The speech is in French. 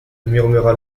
murmura